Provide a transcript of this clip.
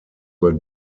were